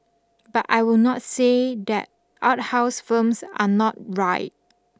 but I will not say that art house films are not right